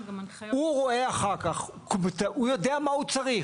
הוא רואה אחר כך, הוא יודע מה הוא צריך.